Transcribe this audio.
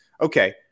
okay